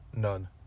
none